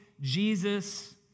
Jesus